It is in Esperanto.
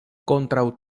kontraŭ